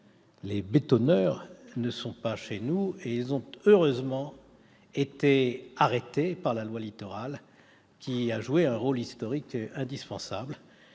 Les bétonneurs ne sont pas chez nous et ils ont, heureusement, été arrêtés par la loi Littoral, laquelle a joué un rôle historique indispensable